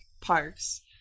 parks